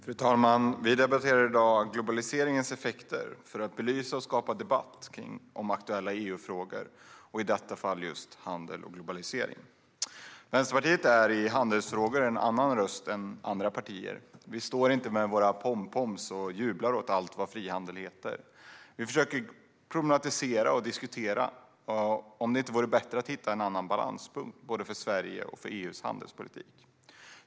Fru talman! Vi debatterar i dag globaliseringens effekter för att belysa och skapa debatt om aktuella EU-frågor, i detta fall just handel och globalisering. Vänsterpartiet är i handelsfrågor en annan röst än de andra partierna. Vi står inte med pomponger och jublar åt allt vad frihandel heter. Vi försöker problematisera och diskutera om det inte vore bättre att hitta en annan balanspunkt för både Sveriges och EU:s handelspolitik.